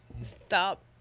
stop